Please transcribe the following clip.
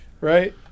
Right